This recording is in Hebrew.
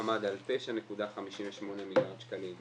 יש שלושה מקומות כאלה,